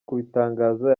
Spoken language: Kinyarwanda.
kubitangaza